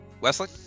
Wesley